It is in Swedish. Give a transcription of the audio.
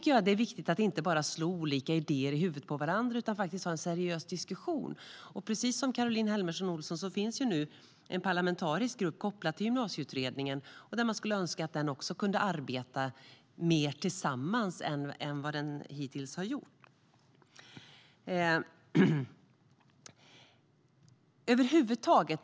Här är det viktigt att vi inte bara slår olika idéer i huvudet på varandra utan faktiskt har en seriös diskussion. Precis som Caroline Helmersson Olsson sa finns nu en parlamentarisk grupp kopplad till Gymnasieutredningen. Jag skulle önska att den kunde arbeta mer tillsammans än den hittills har gjort.